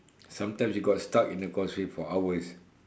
sometimes you got stuck in the causeway for hours